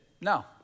no